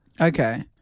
Okay